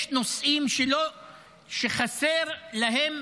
יש נושאים שחסר להם